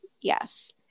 Yes